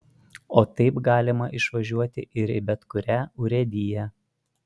o taip galima išvažiuoti ir į bet kurią urėdiją